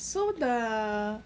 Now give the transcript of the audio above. so the